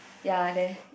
ya there